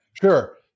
Sure